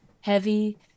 heavy